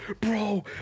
bro